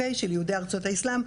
של יהודי ארצות האסלאם,